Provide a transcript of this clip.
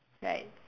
right